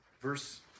Verse